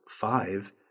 five